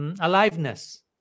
aliveness